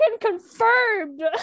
confirmed